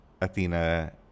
Athena